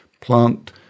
Plant